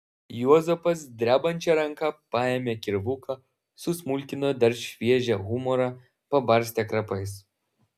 juozapas drebančia ranka paėmė kirvuką susmulkino dar šviežią humorą pabarstė krapais